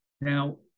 Now